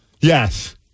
Yes